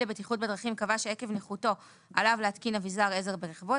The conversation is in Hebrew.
לבטיחות בדרכים קבע שעקב נכותו עליו להתקין אבזר עזר ברכבו,